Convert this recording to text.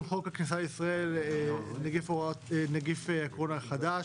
חוק הכניסה לישראל (נגיף הקורונה החדש)